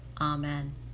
Amen